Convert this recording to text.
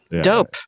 Dope